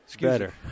Better